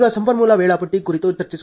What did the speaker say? ಈಗ ಸಂಪನ್ಮೂಲ ವೇಳಾಪಟ್ಟಿ ಕುರಿತು ಚರ್ಚಿಸೋಣ